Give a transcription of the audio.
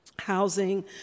Housing